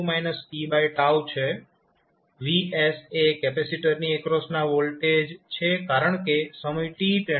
Vs એ કેપેસિટરની એક્રોસના વોલ્ટેજ છે કારણકે સમય t છે